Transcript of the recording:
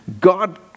God